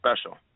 special